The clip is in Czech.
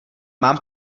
mám